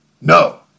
No